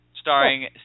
starring